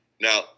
Now